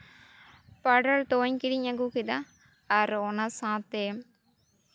powder ᱛᱚᱣᱟᱧ ᱠᱤᱨᱤᱧ ᱟᱹᱜᱩ ᱠᱮᱫᱟ ᱟᱨ ᱚᱱᱟ ᱥᱟᱶᱛᱮ